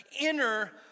inner